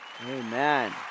Amen